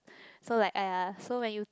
so like !aiya! so when you